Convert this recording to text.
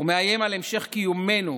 ומאיים על המשך קיומנו